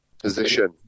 position